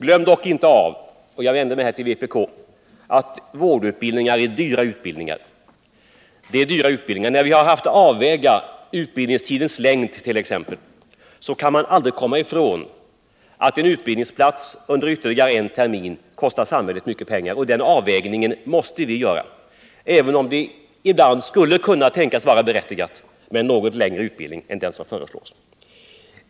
Glöm dock inte — jag vänder mig här till vpk — att vårdutbildningar är dyra utbildningar! När man har att avväga t.ex. utbildningstidens längd kan man aldrig komma ifrån att en utbildningsplats under ytterligare en termin kostar samhället mycket pengar. Den avvägningen måste vi göra, även om det ibland skulle kunna tänkas vara berättigat med en något längre utbildning än den som föreslås.